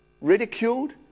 ridiculed